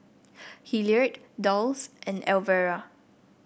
Hilliard Dulce and Elvera